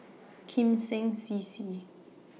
Kim Seng C C